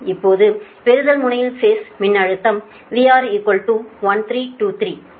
இப்போது பெறுதல் முனையில் பேஸ் மின்னழுத்தம் VR 1323